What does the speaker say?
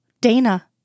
Dana